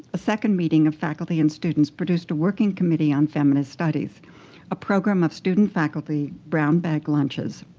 a second meeting of faculty and students produced a working committee on feminist studies, a program of student faculty brown bag lunches.